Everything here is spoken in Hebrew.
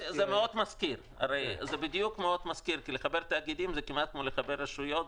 זה מאוד מזכיר כי לחבר תאגידים זה כמעט כמו לחבר רשויות,